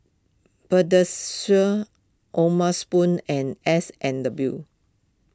Pediasure O'ma Spoon and S and W